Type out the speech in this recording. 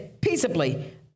peaceably